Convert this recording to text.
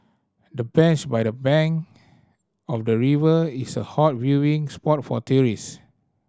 the bench by the bank of the river is a hot viewing spot for tourist